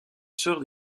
sort